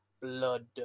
Blood